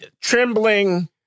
trembling